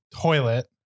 toilet